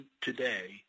today